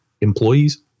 employees